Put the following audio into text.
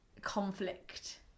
conflict